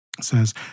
says